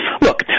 Look